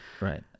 right